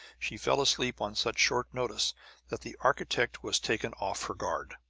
she fell asleep on such short notice that the architect was taken off her guard.